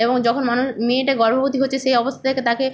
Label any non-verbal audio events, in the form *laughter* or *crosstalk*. এবং যখন *unintelligible* মেয়েটা গর্ভবতী হচ্ছে সেই অবস্থা থেকে তাকে